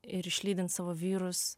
ir išlydint savo vyrus